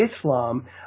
Islam